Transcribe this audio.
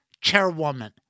chairwoman